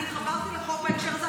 אני התחברתי לחוק בהקשר הזה.